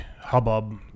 hubbub